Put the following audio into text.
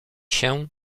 się